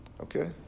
Okay